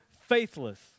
faithless